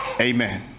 Amen